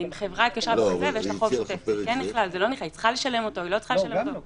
זה נכלל או לא